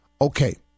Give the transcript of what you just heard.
Okay